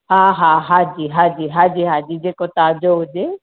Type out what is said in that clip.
हा हा हा जी हा जी हा जी हा जी जेको ताजो हुजे